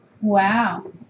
Wow